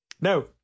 no